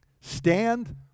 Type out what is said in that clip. Stand